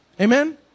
Amen